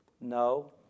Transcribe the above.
no